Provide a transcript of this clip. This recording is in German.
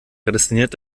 prädestiniert